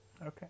Okay